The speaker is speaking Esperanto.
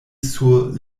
sur